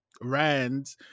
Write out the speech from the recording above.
rand